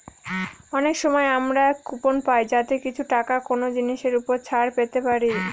অনেক সময় আমরা কুপন পাই যাতে কিছু টাকা কোনো জিনিসের ওপর ছাড় পেতে পারি